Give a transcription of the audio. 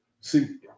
See